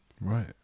right